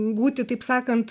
būti taip sakant